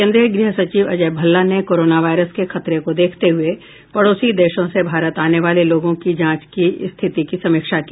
केंद्रीय गृह सचिव अजय भल्ला ने कोरोना वायरस के खतरे को देखते हुए पड़ोसी देशों से भारत आने वाले लोगों की जांच की स्थिति की समीक्षा की